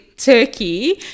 Turkey